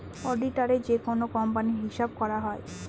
অডিটারে যেকোনো কোম্পানির হিসাব করা হয়